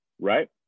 right